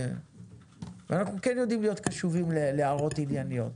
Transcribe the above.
ואנחנו יודעים להיות קשובים להערות ענייניות.